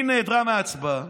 היא נעדרה מההצבעה